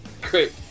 Great